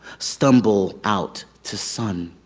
stumble out to sun.